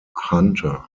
hunter